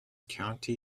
county